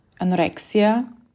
anorexia